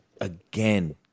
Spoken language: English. again